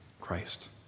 Christ